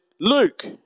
Luke